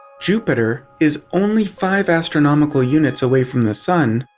jupiter is only five astronomical units away from the sun,